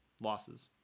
losses